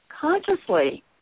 consciously